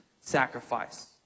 sacrifice